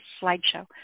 slideshow